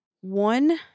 One